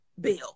Bill